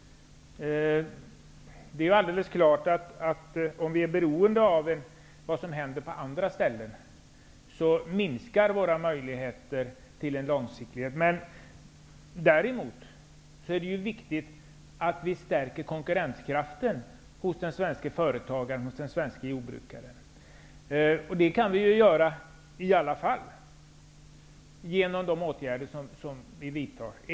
Det är alldeles klart att om Sverige är beroende av vad som händer på andra ställen minskar möjligheterna till att iaktta en långsiktighet. Däremot är det viktigt att stärka konkurrenskraften hos den svenska företagaren och jordbrukaren. Det går i alla fall att göra med hjälp av de åtgärder som skall vidtas.